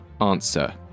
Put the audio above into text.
answer